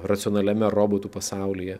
racionaliame robotų pasaulyje